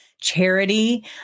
charity